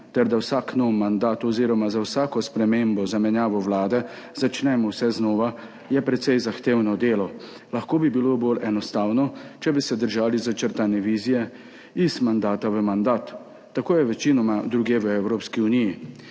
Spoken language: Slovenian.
ter da vsak nov mandat oziroma za vsako spremembo, zamenjavo vlade začnemo vse znova, je precej zahtevno delo. Lahko bi bilo bolj enostavno, če bi se držali začrtane vizije iz mandata v mandat, tako je večinoma drugje v Evropski uniji.